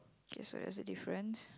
K so there's a difference